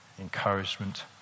encouragement